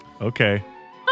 Okay